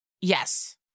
Yes